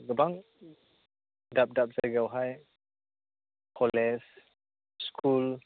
गोबां दाब दाब जायगायावहाय कलेज स्कुल